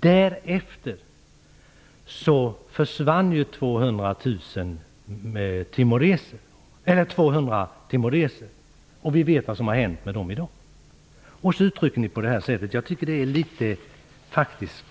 Där försvann ju 200 timoreser. I dag vet vi vad som hände med dem. Jag tycker att det är litet